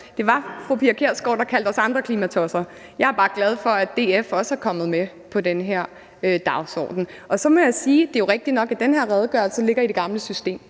Det var fru Pia Kjærsgaard, der kaldte os andre klimatosser. Jeg er bare glad for, at DF også er kommet med på den her dagsorden. Så må jeg sige, at det jo er rigtig nok, at den her redegørelse ligger i det gamle system.